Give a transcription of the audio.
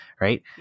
right